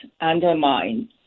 undermine